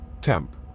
Temp